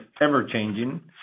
ever-changing